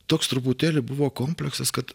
toks truputėlį buvo kompleksas kad